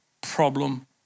problem